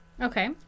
Okay